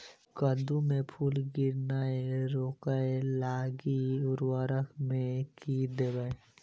कद्दू मे फूल गिरनाय रोकय लागि उर्वरक मे की देबै?